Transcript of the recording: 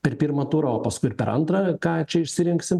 per pirmą turą o paskui ir per antrą ką čia išsirinksim